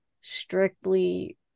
strictly